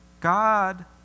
God